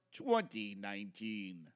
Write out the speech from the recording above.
2019